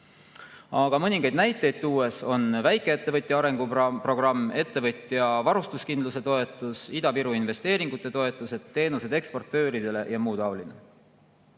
Aga mõningaid näiteid tuues on väikeettevõtja arenguprogramm, ettevõtja varustuskindluse toetus, Ida-Viru investeeringute toetused, teenused eksportööridele ja muu taoline.